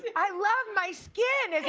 i love my skin